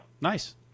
Nice